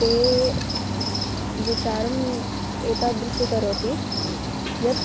ते विचारम् एतादृशं करोति यत्